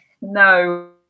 No